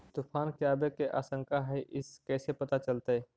तुफान के आबे के आशंका है इस कैसे पता चलतै?